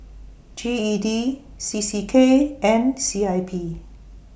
G E D C C K and C I P